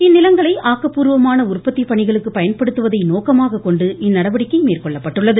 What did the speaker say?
இந்நிலங்களை ஆக்கப்பூர்வமான உற்பத்தி பணிகளுக்கு பயன்படுத்துவதை நோக்கமாக கொண்டு இந்நடவடிக்கை மேற்கொள்ளப்பட்டுள்ளது